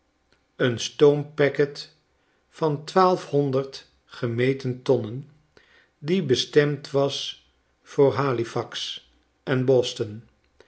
een stoompacket van twaalfhonderd gemeten tonnen die bestemd was voor halifax en boston